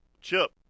Chip